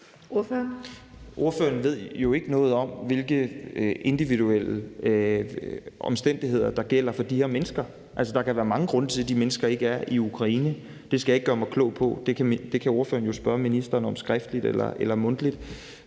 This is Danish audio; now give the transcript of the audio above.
Ordføreren ved jo ikke noget om, hvilke individuelle omstændigheder der gælder for de her mennesker. Altså, der kan være mange grunde til, at de mennesker ikke er i Ukraine. Det skal jeg ikke gøre mig klog på. Det kan ordføreren jo spørge ministeren om skriftligt eller mundtligt,